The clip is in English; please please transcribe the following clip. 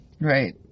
Right